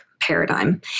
paradigm